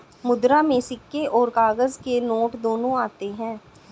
मुद्रा में सिक्के और काग़ज़ के नोट दोनों आते हैं